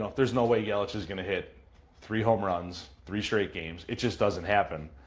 ah there is no way yelich is going to hit three home runs, three straight games. it just doesn't happen.